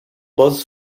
buzz